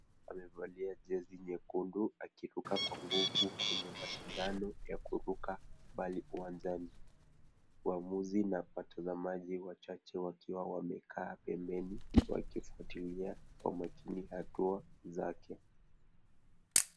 Amevalia jezi nyekundu akiruka kwa nguvu kwenye mashindano ya kuruka bali uwanzani. Waamuzi na watazamaji wachache wakiwa wamekaa pembeni wakifuatilia kwa makini hatua zake.